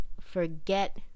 forget